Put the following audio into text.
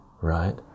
right